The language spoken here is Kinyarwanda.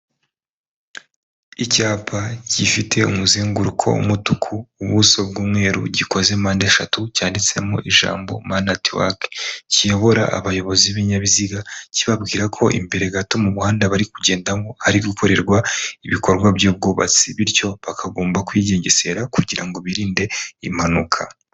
Icyapa gifite umuzenguruko w'umutuku, ubuso bw'umweru gikoze mpande eshatu cyanditsemo ijambo mani ati wake kiyobora abayobozi b'ibinyabiziga kibabwira ko imbere gato mu muhanda bari kugendamo hari gukorerwa ibikorwa by'ubwubatsi bityo bakagomba kwigengesera kugira ngo birinde impanuka.